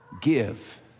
give